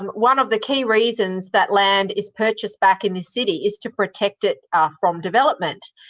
um one of the key reasons that land is purchased back in this city is to protect it from development.